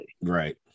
Right